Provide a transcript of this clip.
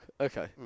Okay